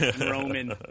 Roman